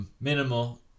minimal